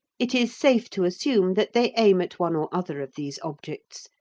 it is safe to assume that they aim at one or other of these objects,